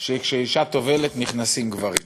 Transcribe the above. שכשאישה טובלת נכנסים גברים.